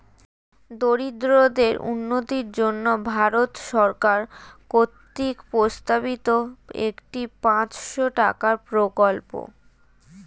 দরিদ্রদের উন্নতির জন্য ভারত সরকার কর্তৃক প্রস্তাবিত একটি পাঁচশো টাকার প্রকল্প